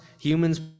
humans